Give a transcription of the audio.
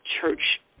church